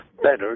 Better